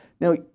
Now